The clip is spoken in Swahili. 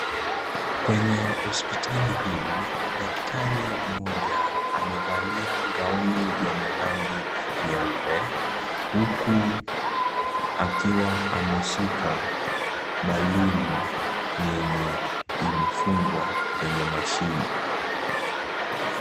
Kwenye hospitali hii, daktari mmoja amevalia gauni yenye rangi nyeupe huku akiwa ameshika balloon yenye imefungwa kwenye mashini.